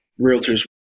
realtors